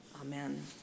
Amen